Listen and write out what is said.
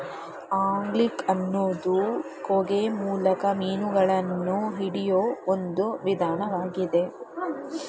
angling ಅನ್ನೋದು ಕೊಕ್ಕೆ ಮೂಲಕ ಮೀನುಗಳನ್ನ ಹಿಡಿಯೋ ಒಂದ್ ವಿಧಾನ್ವಾಗಿದೆ